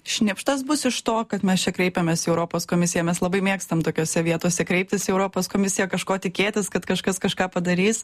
šnipštas bus iš to kad mes čia kreipėmės į europos komisiją mes labai mėgstam tokiose vietose kreiptis į europos komisiją kažko tikėtis kad kažkas kažką padarys